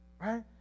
right